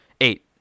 eight